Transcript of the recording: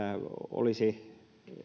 olisi